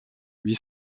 huit